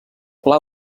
pla